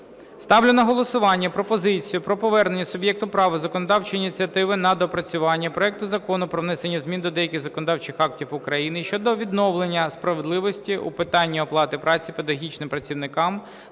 Ставлю на голосування пропозицію про повернення суб'єкту права законодавчої ініціативи на доопрацювання проект Закону про внесення змін до деяких законодавчих актів України щодо відновлення справедливості у питанні оплати праці педагогічним працівникам